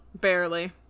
barely